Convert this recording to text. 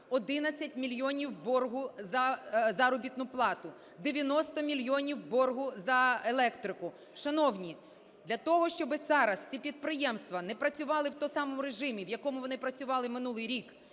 11 мільйонів боргу за заробітну плату, 90 мільйонів боргу за електрику. Шановні, для того, щоби зараз ці підприємства не працювали в тому самому режимі, в якому вони працювали минулий рік,